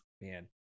man